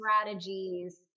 strategies